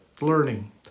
learning